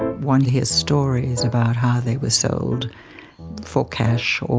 one hears stories about how they were sold for cash